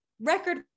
record